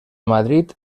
madrid